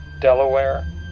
Delaware